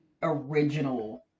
original